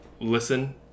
listen